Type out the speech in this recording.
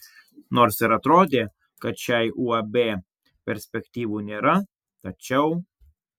nors ir atrodė kad šiai uab perspektyvų nėra tačiau